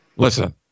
Listen